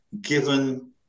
given